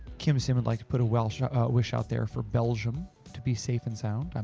kimsim would like to put a well wish out there for belgium to be safe and sound. and